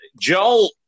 Joel